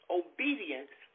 obedience